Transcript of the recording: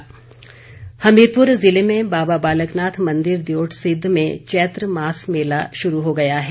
चैत्र मेला हमीरपुर ज़िले में बाबा बालकनाथ मंदिर दियोटसिद्ध में चैत्र मास मेला शुरू हो गया है